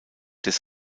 des